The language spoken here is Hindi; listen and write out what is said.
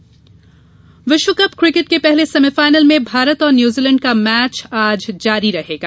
किकेट विश्वकप क्रिकेट के पहले सेमीफाइनल में भारत और न्यूजीलैंड का मैच आज जारी रहेगा